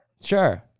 Sure